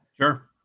Sure